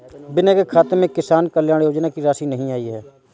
विनय के खाते में किसान कल्याण योजना की राशि नहीं आई है